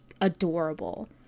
adorable